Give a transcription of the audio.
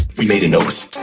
he made a nose.